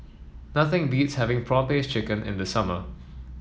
nothing beats having prawn paste chicken in the summer